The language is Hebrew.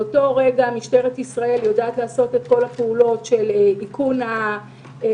באותו רגע משטרת ישראל יודעת לעשות את כל הפעולות של איכון האירוע,